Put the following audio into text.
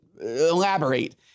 elaborate